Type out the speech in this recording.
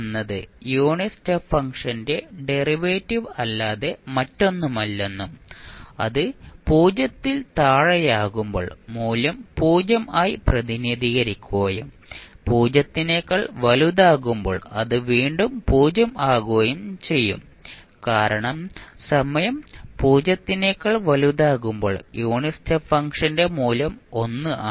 എന്നത് unit step ഫംഗ്ഷന്റെ derivative അല്ലാതെ മറ്റൊന്നുമല്ലെന്നും അത് 0 ൽ താഴെയാകുമ്പോൾ മൂല്യം 0 ആയി പ്രതിനിധീകരിക്കുകയും 0 നെക്കാൾ വലുതാകുമ്പോൾ അത് വീണ്ടും 0 ആകുകയും ചെയ്യും കാരണം സമയം 0 നേക്കാൾ വലുതാകുമ്പോൾ യൂണിറ്റ് സ്റ്റെപ്പ് ഫംഗ്ഷന്റെ മൂല്യം 1 ആണ്